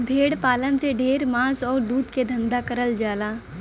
भेड़ पालन से ढेर मांस आउर दूध के धंधा करल जाला